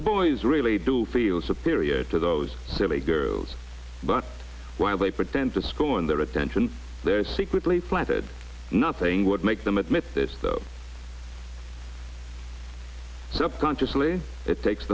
the boys really do feel superior to those silly girls but while they pretend to scorn their attention they're secretly planted nothing would make them admit this though subconsciously it takes